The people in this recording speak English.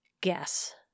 Guess